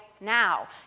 now